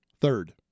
Third